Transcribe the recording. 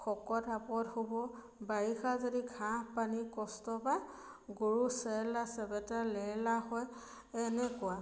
শকত আবদ হ'ব বাৰিষা যদি ঘাঁহ পানী কষ্ট বা গৰু চেৰেলা চেবেটা লেৰেলা হয় এনেকুৱা